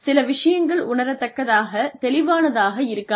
சில விஷயங்கள் உணரத்தக்கதாக தெளிவானதாக இருக்காது